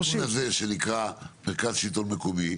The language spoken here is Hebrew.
אבל יש בארגון הזה שנקרא מרכז שלטון מקומי.